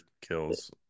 kills